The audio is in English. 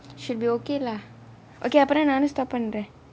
should be okay lah okay அப்புறம் நானும்:appuram naanum stop பண்றேன்:pandraen